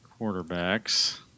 quarterbacks